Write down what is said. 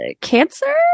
cancer